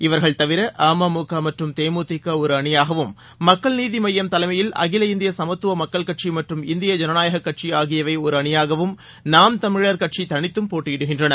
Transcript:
இவர்கள் தவிர அ ம மு க மற்றும் தே மு தி க ஒருஅணியாகவும் மக்கள் நீதிமையம் தலைமையில் அகில இந்தியசமத்துவகட்சிமற்றும் இந்திய ஜனநாயகஙட்சிஆகியவைஒருஅணியாகவும் நாம் தமிழர் கட்சிதனித்தும் போட்டியிடுகின்றன